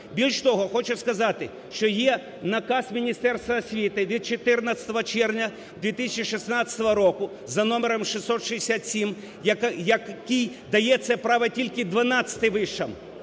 Більше того, хочу сказати, що є Наказ Міністерства освіти від 14 червня 2016 року за номером 667, який дає це право тільки 12 вишам.